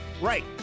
right